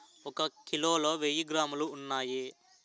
ఒక కిలోలో వెయ్యి గ్రాములు ఉన్నాయి